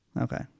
Okay